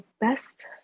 best